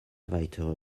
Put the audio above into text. weitere